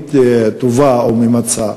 בין-לאומית טובה או ממצה,